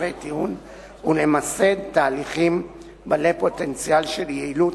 הסדרי טיעון ולמסד תהליכים בעלי פוטנציאל של יעילות,